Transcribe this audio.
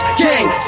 gang